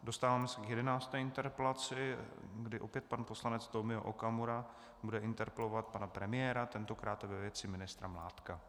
Dostáváme se k 11. interpelaci, kdy opět pan poslanec Tomio Okamura bude interpelovat pana premiéra, tentokrát ve věci ministra Mládka.